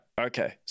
okay